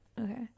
okay